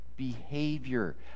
behavior